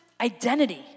identity